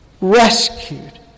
rescued